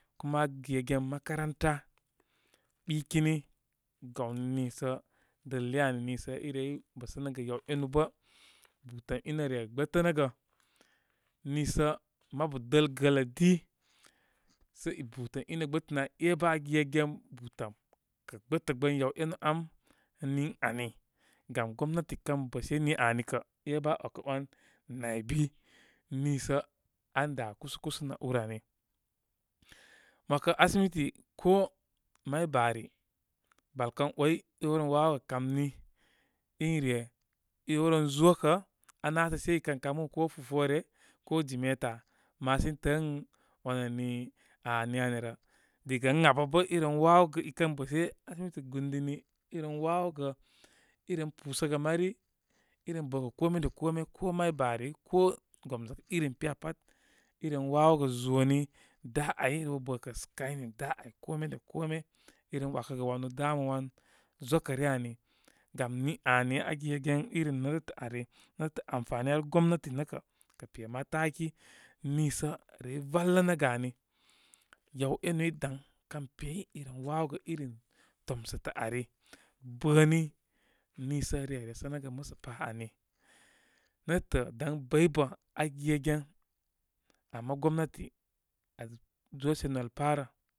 Kuma aa gegen makaranta ɓikini. Gawni nasə dəl le ani. Niisə i rey bəsəgə. yaw enu bə butəm inə re gbətənəgə, niisə mabu dəl gəələ di sə butəm inə gbətənə. E' bə aa gegen butəm kə gbə gbə. Yaw ebarnu am ən niŋ ani. Gam gomnati kən bə'she ni ani kə' aa 'wakə 'wan naybi niisə an da' kusa kusa nə ur ani. Mə 'wakə asimi ti ko may bari babarl kən 'way, i rewren wawogə kamini. in re i rewren zokə, anabar sə sei i kən kamu ko fufone, ko jimeta, ma sə i təə in wani a'a ni ani rə. Diga ən abə bə' i ren wawogə i kən bəshe aasimiti gbɨndini. i ren 'wawogə i ren dusəgə mari, i ren bə kə ko me da kome. Ko may bani, ko gomzwakə irim piya pat, iren waw oga zoni da ay. i rew bə kə scanning da abary. kome da kome i ren 'wakəgə wawo damu wan zwakə' ryə ani. Gam ni ani aa gegen irim netə'tə' ari. Ne'tə'tə' amfani ar gomnati nə' kə' pemataki niisə re e' valə nəgə ani. Yaw e'nu i daŋ, kən pey i ren 'wawogə irin tomsətə' ari, bəni niisə re resənəgə musə pa ani. Netətə' daŋ bəy bə' aa gegen, ama gomnati aa zoshe nwal pa rə.